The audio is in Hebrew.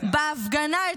ביחד ננצח.